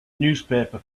newspaper